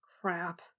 Crap